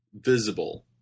visible